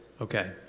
Okay